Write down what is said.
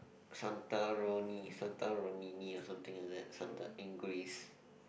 santorini santorini or something like that Santa